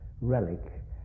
relic